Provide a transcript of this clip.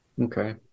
okay